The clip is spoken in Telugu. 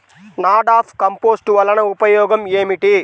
నాడాప్ కంపోస్ట్ వలన ఉపయోగం ఏమిటి?